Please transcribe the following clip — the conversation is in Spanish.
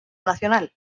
nacional